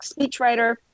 speechwriter